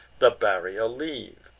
the barrier leave.